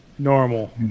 Normal